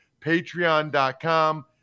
Patreon.com